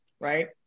right